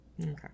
Okay